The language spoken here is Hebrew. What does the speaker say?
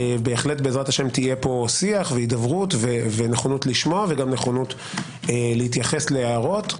בעז"ה בהחלט יהיה פה שיח והידברות ונכונות לשמוע וגם להתייחס להערות,